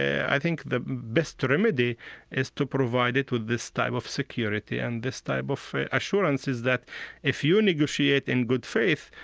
i think the best remedy is to provide it with this type of security and this type of assurances that if you negotiate in good faith,